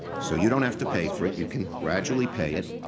so you don't have to pay for it, you can gradually pay it.